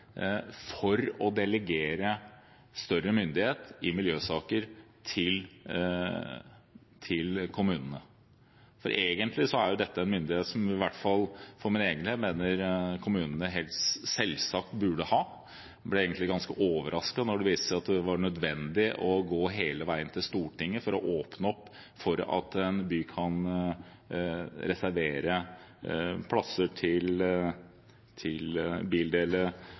for å delegere større myndighet i miljøsaker til kommunene. Egentlig er dette en myndighet som jeg i hvert fall for min egen del mener kommunene helt selvsagt burde ha. Jeg ble egentlig ganske overrasket da det viste seg at det var nødvendig å gå hele veien til Stortinget for å åpne opp for at en by kan reservere plasser til